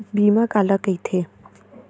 बीमा काला कइथे?